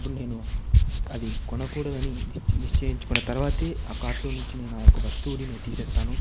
ఇప్పుడు నేను అది కొనకూడదు అని నిశ్చ నిశ్చయించుకున్న తర్వాతే ఆ కార్ట్ లో నుంచి నేను ఆ యొక్క వస్తువుని నేను తీసేస్తాను